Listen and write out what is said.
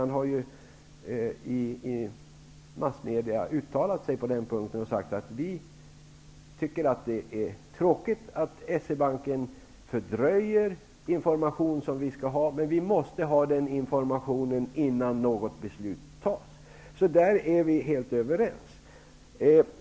Han har ju i massmedierna uttalat sig på denna punkt och sagt: Vi tycker att det är tråkigt att S-E Banken fördröjer den information som vi behöver, men vi måste ha den informationen innan något beslut kan fattas. Där är vi helt överens.